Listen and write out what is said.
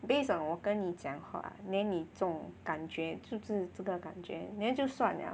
based on 我跟你讲话 then 你这种感觉就是这个感觉 then 就算了